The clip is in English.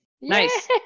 nice